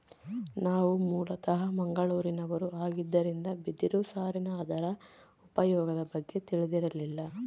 ನಾವು ಮೂಲತಃ ಮಂಗಳೂರಿನವರು ಆಗಿದ್ದರಿಂದ ಬಿದಿರು ಸಾರಿನ ಅದರ ಉಪಯೋಗದ ಬಗ್ಗೆ ತಿಳಿದಿರಲಿಲ್ಲ